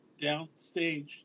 downstage